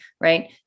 right